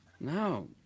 No